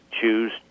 choose